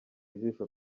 jisho